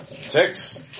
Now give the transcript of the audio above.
Six